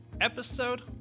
episode